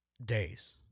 days